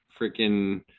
freaking